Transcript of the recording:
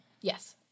Yes